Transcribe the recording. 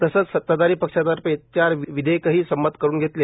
तसंच सताधारी पक्षातर्फे चार विधेयकंही संमत करून घेतले